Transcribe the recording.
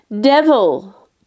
Devil